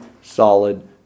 solid